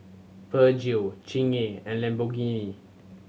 Peugeot Chingay and Lamborghini